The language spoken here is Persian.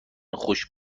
خشک